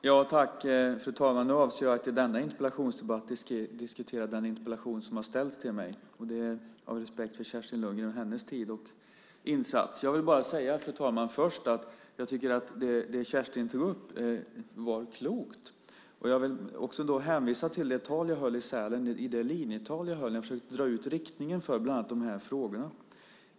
Fru talman! Nu avser jag att i denna interpellationsdebatt diskutera den interpellation som har ställts till mig av respekt för Kerstin Lundgren och hennes tid och insats. Fru talman! Först vill jag säga att jag tycker att det som Kerstin tog upp var klokt. Jag vill hänvisa till det linjetal jag höll i Sälen. Jag försökte bland annat dra ut riktningen för de här frågorna.